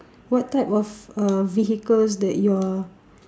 what type of uh vehicles that you are